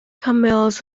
camels